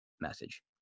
message